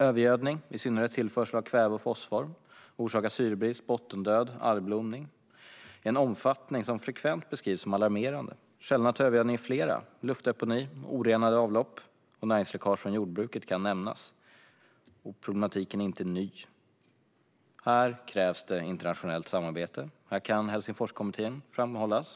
Övergödning, i synnerhet tillförsel av kväve och fosfor, orsakar syrebrist, bottendöd och algblomning i en omfattning som frekvent beskrivs som alarmerande. Källorna till övergödning är flera, varav luftdeponi, orenade avlopp och näringsläckage från jordbruket kan nämnas. Problematiken är inte ny. Här krävs internationellt samarbete, och där kan Helsingforskommittén framhållas.